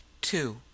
two